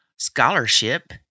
Scholarship